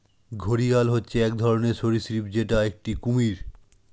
ঘড়িয়াল হচ্ছে এক ধরনের সরীসৃপ যেটা একটি কুমির